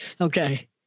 Okay